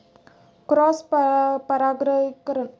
Cross परागीकरण कसे थांबवावे?